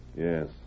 Yes